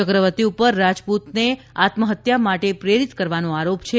ચક્રવર્તી પર રાજપૂતને આત્મહત્યા માટે પ્રેરિત કરવાનો આરોપ છે